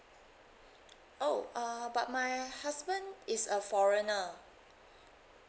oh uh but my husband is a foreigner